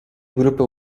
grupių